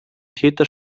täter